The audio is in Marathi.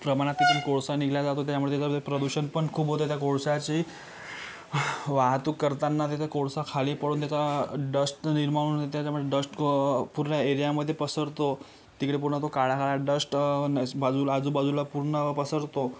खूप प्रमाणात तिथून कोळसा निघल्या जातो त्यामुळे प्रदूषण पण खूप होतं त्या कोळशाची वाहतूक करतांना तिथे कोळसा खाली पडून त्याचा डस्ट निर्माण होऊन त्याच्या म डस्ट पूर्ण एरियामधे पसरतो तिकडे पूर्ण तो काळा काळा डस्ट नस बाजूला आजूबाजूला पूर्ण पसरतो